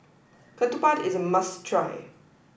Ketupat is a must try